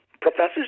Professors